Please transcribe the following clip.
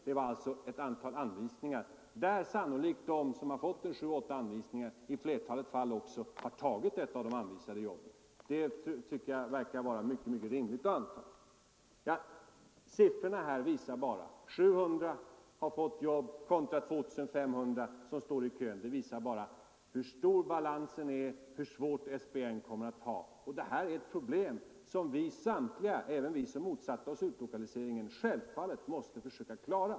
Det var alltså ett antal anvisningar och de som fått 7-8 anvisningar har sannolikt i flertalet fall tagit ett av de anvisade jobben. Det tycker jag verkar rimligt att anta. Siffrorna visar bara balansen, 700 som har fått jobb kontra 2 500 som står i kö, och hur svårt SPN kommer att få det. Detta är ett problem som vi tillsammans, även vi som motsatte oss utlokaliseringen, självfallet måste försöka klara.